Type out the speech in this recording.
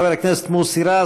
חבר הכנסת מוסי רז.